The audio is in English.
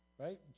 Right